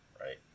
right